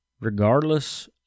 regardless